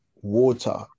water